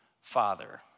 Father